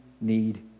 need